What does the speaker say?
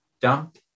Dump